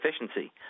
efficiency